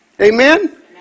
Amen